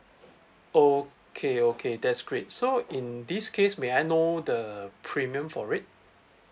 okay okay that's great so in this case may I know the premium for it